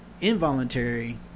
involuntary